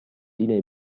linee